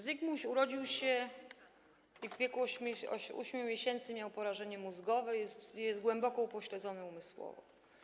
Zygmuś urodził się, w wieku 8 miesięcy miał porażenie mózgowe i jest głęboko upośledzony umysłowo.